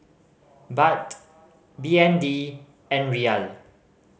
Baht B N D and Riyal